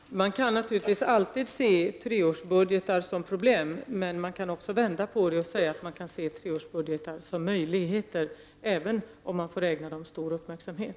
Herr talman! Man kan naturligtvis alltid se treårsbudgetar som problem. Men kan också vända på det och se treårsbudgetar som möjligheter, även om man får ägna dem stor uppmärksamhet.